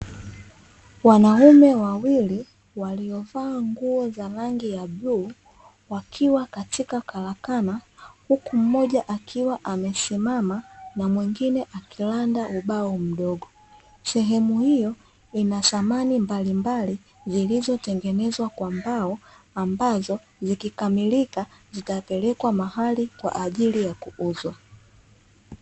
Wanaume wawili waliovaa nguo za rangi ya bluu wakiwa katika karakana, huku mmoja akiwa amesimama na mwingine akiranda ubao mdogo. Sehemu hiyo ina samani mbalimbali zilizotengenezwa kwa mbao, ambazo zikikamilika zitapelekwa mahali kwa ajili ya kuuzwa.